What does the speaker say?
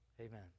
amen